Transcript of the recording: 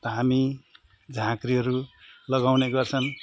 धामी झाँक्रीहरू लगाउने गर्छन्